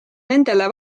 nendele